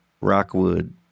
Rockwood